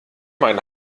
mein